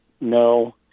No